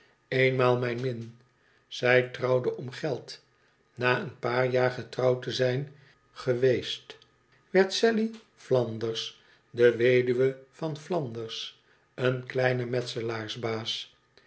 eenmaal mijn min zij trouwde om geld na een paar jaar getrouwd te zijn geweest werd sally flanders de weduwe van flanders een kleinen metselaarsbaas